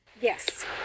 Yes